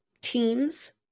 teams